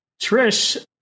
Trish